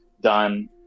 done